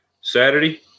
Saturday